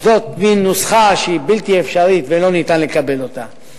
זה מין נוסחה שהיא בלתי אפשרית ולא ניתן לקבל אותה.